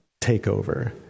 takeover